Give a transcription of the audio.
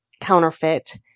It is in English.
counterfeit